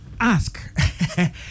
ask